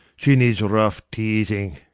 she needs rough teasing.